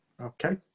Okay